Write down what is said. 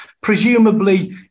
presumably